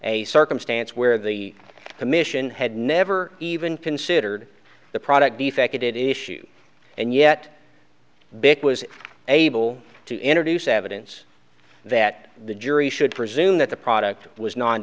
a circumstance where the commission had never even considered the product effected issue and yet bit was able to introduce evidence that the jury should presume that the product was no